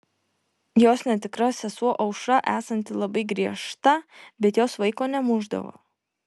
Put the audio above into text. jos netikra sesuo aušra esanti labai griežta bet jos vaiko nemušdavo